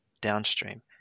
downstream